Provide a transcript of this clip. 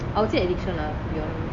I would addiction lah to be honest